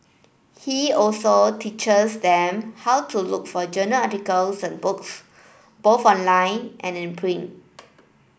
he also teaches them how to look for journal articles and books both online and in print